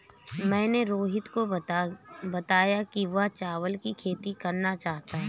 मैंने रोहित को बताया कि वह चावल की खेती करना चाहता है